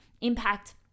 impact